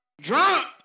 drunk